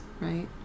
right